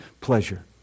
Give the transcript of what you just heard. pleasure